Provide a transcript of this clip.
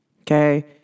Okay